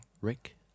Rick